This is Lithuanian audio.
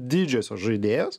didžiosios žaidėjos